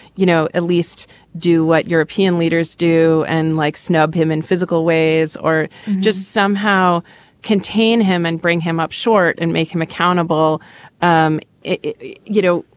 you know, at least do what european leaders do and like snub him in physical ways or just somehow contain him and bring him up short and make him accountable um you know,